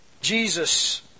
jesus